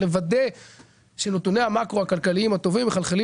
אנחנו רוצים לוודא שנתוני המקרו הכלכליים הטובים מחלחלים